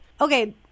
Okay